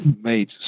made